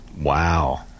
Wow